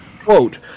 Quote